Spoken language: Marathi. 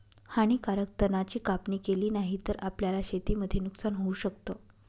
हानीकारक तणा ची कापणी केली नाही तर, आपल्याला शेतीमध्ये नुकसान होऊ शकत